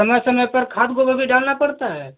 समय समय पर खाद गोबर भी डालना पड़ता है